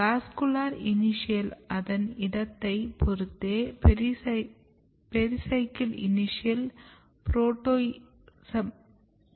vascular initial அதன் இடத்தை பொறுத்து பெரிசைக்கிள் இனிஷியல்